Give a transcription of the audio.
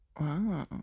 Wow